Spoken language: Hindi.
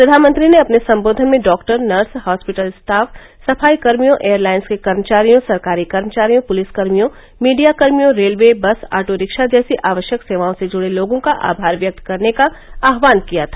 प्रधानमंत्री ने अपने सम्बोधन में डॉक्टर नर्स हास्पिटल स्टाफ सफाईकमियों एयरलाइन्स के कर्मचारियों सरकारी कर्मचारियों पुलिसकमियों मीडियाकर्मियों रेलवे बस ऑटो रिक्शा जैसी आवश्यक सेवाओं से जुडे लोगों का आभार व्यक्त करने का आहवान किया था